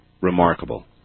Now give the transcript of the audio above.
remarkable